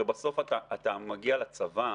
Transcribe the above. הרי בסוף אתה מגיע לצבא,